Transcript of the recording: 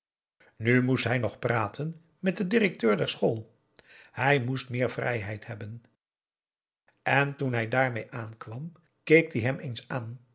nu moest hij nog praten met den directeur der school hij moest meer vrijheid hebben en toen hij daarmee aankwam keek die hem eens aan